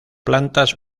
plantas